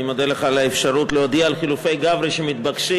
אני מודה לך על האפשרות להודיע על חילופי גברי שמתבקשים